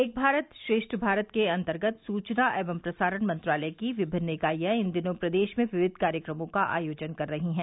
एक भारत श्रेष्ठ भारत के अंतर्गत सूचना एवं प्रसारण मंत्रालय की विभिन्न इकाइयां इन दिनों प्रदेश में विविध कार्यक्रमों का आयोजन कर रही हैं